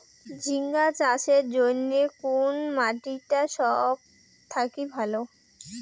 ঝিঙ্গা চাষের জইন্যে কুন মাটি টা সব থাকি ভালো?